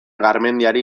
garmendiari